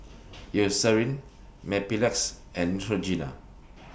Eucerin Mepilex and Neutrogena